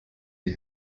die